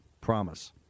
promise